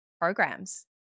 programs